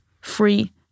free